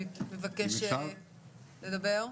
מבקש לדבר.